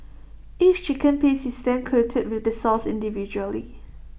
each chicken piece is then coated with the sauce individually